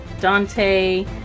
Dante